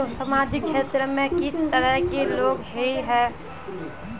सामाजिक क्षेत्र में किस तरह के लोग हिये है?